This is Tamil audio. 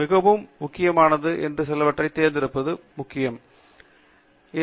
மிகவும் முக்கியமானது என்று சிலவற்றைத் தேர்ந்தெடுப்பது மிகவும் முக்கியமானது